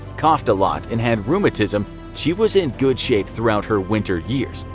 coughed a lot, and had rheumatism, she was in good shape throughout her winter years.